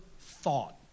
thought